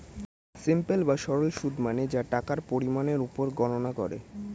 simple বা সরল সুদ মানে যা টাকার পরিমাণের উপর গণনা করে